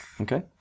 Okay